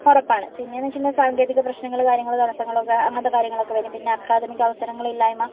ഉറപ്പാണ് പിന്നെയെന്ന് വെച്ചിട്ടുണ്ടെങ്കില് സാങ്കേതിക പ്രശ്നങ്ങള് കാര്യങ്ങള് തടസ്സങ്ങള് ഒക്കെ അങ്ങനത്തെ കാര്യങ്ങളൊക്കെ വരും പിന്നെ അക്കാദമിക് അവസാരങ്ങളില്ലായ്മ